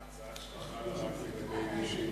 ההצעה שלך חלה רק לגבי מי,